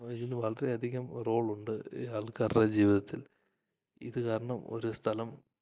ഇതിൽ വളരെയധികം റോളുണ്ട് ഈ ആൾക്കാരുടെ ജീവിതത്തിൽ ഇത് കാരണം ഒരു സ്ഥലം